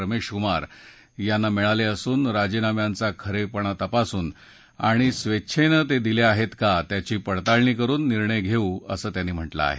रमेश कुमार यांना मिळाले असून राजीनाम्यांचा खरेपण तपासून आणि स्वेच्छेनं ते दिले आहेत का त्याची पडताळीण करुन निर्णय घेऊ असं त्यांनी म्हटलं आहे